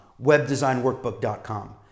webdesignworkbook.com